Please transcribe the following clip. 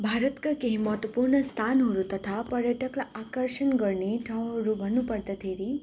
भारतका केही महत्त्वपूर्ण स्थानहरू तथा पर्यटकलाई आकर्षण गर्ने ठाँउहरू भन्नु पर्दाखेरि